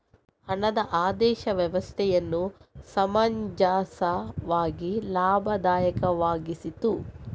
ಹಣದ ಆದೇಶ ವ್ಯವಸ್ಥೆಯನ್ನು ಸಮಂಜಸವಾಗಿ ಲಾಭದಾಯಕವಾಗಿಸಿತು